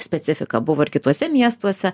specifika buvo ir kituose miestuose